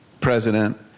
president